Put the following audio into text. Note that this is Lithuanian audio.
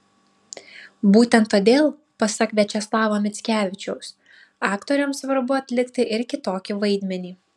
būtent todėl pasak viačeslavo mickevičiaus aktoriams svarbu atlikti ir kitokį vaidmenį